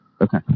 Okay